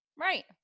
Right